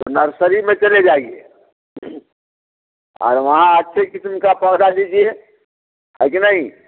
तो नरसरी में चले जाईए और वहाँ से आच्छे किस्म का पौधा लीजिए है कि नहीं